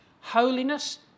Holiness